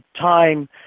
time